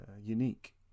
unique